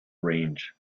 range